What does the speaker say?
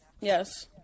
yes